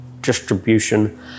distribution